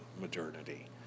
modernity